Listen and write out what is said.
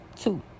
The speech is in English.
two